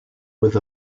with